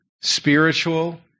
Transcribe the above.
spiritual